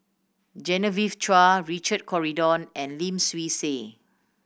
Genevieve Chua Richard Corridon and Lim Swee Say